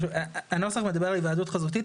הנוסח מדבר על היוועדות חזותית.